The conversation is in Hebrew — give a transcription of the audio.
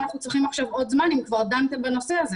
אנחנו צריכים עכשיו עוד זמן אם כבר דנתם בנושא?